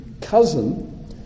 cousin